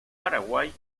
paraguay